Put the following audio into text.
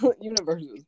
universes